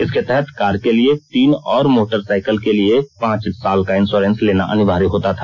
इसके तहत कार के लिए तीन और मोटर साइकिल के लिए पांच साल का इंश्योरेंस लेना अनिवार्य होता था